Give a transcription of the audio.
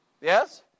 yes